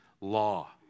law